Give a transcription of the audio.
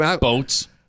Boats